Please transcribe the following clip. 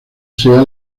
sea